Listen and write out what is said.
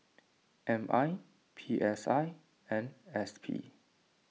M I P S I and S P